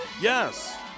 Yes